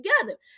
together